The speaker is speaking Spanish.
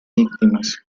víctimas